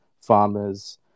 farmers